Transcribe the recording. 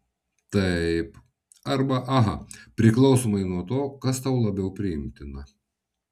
taip arba aha priklausomai nuo to kas tau labiau priimtina